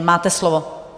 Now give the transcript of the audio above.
Máte slovo.